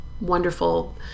wonderful